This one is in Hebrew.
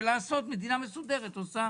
שמדינה מסודרת עושה